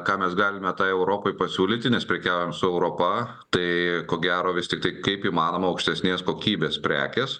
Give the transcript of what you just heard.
ką mes galime tai europai pasiūlyti nes prekiauti su europa tai ko gero vis tiktai kaip įmanoma aukštesnės kokybės prekės